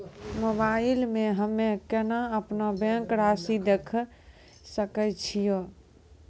Mobile मे हम्मय केना अपनो बैंक रासि देखय सकय छियै?